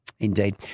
Indeed